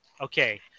Okay